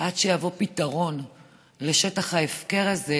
עד שיבוא פתרון לשטח ההפקר הזה,